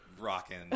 rocking